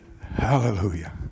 Hallelujah